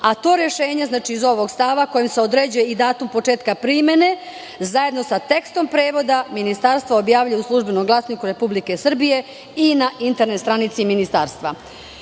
a to rešenje, znači iz ovog stava kojim se određuje i datum početka primene, zajedno sa tekstom prevoda Ministarstvo objavljuje u "Službenom glasniku Republike Srbije", i na internet stranici Ministarstva. Mi